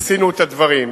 עשינו את הדברים.